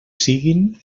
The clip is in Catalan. siguin